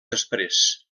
després